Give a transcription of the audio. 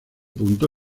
punto